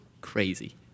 Crazy